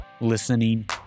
listening